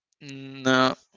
no